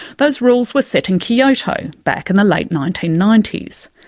those rules were set in kyoto, back in the late nineteen ninety s,